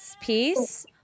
peace